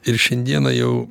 ir šiandieną jau